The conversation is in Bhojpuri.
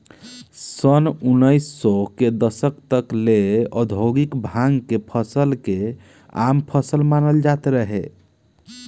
सन उनऽइस सौ के दशक तक ले औधोगिक भांग के फसल के आम फसल मानल जात रहे